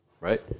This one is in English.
right